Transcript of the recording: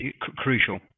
crucial